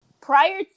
prior